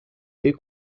est